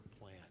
plan